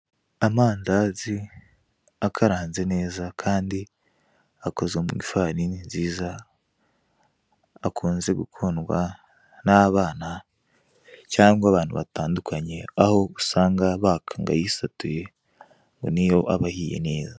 Amandazi akaranze neza kandi akozwe mu ifarini nziza akunze gukundwa n'abana cyangwa abantu batandukanye, aho usanga baka ngo ayisatuye ngo niyo aba ahiye neza.